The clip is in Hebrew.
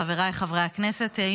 חבריי חברי הכנסת,